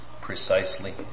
precisely